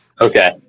Okay